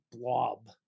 blob